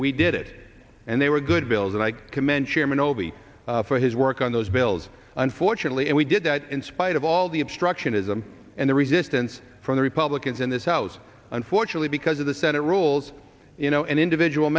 we did it and they were good bills and i commend chairman obie for his work on those bills unfortunately and we did that in spite of all the obstructionism and the resistance from the republicans in this house unfortunately because of the senate rules you know an individual